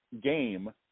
game